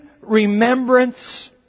remembrance